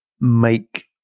make